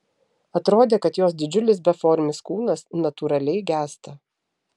atrodė kad jos didžiulis beformis kūnas natūraliai gęsta